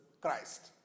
Christ